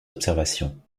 observations